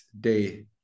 day